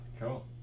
Cool